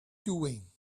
doing